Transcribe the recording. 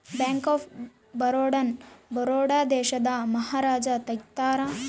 bank of Baroda ನ ಬರೋಡ ದೇಶದ ಮಹಾರಾಜ ತೆಗ್ದಾರ